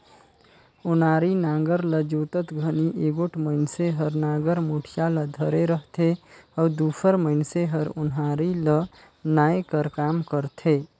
ओनारी नांगर ल जोतत घनी एगोट मइनसे हर नागर मुठिया ल धरे रहथे अउ दूसर मइनसे हर ओन्हारी ल नाए कर काम करथे